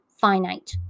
finite